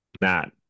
Matt